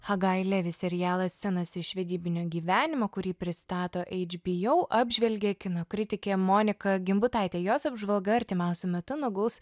hagailė serialo scenas iš vedybinio gyvenimo kurį pristato hbo apžvelgia kino kritikė monika gimbutaitė jos apžvalga artimiausiu metu nuguls